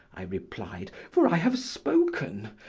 i replied, for i have spoken.